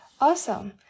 Awesome